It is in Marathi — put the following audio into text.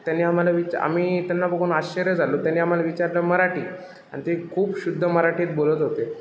त्यांनी आम्हाला विचा आम्ही त्यांना बघून आश्चर्य झालो त्यांनी आम्हाला विचारलं मराठी आणि ते खूप शुद्ध मराठीत बोलत होते